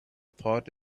thought